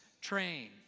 train